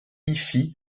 ici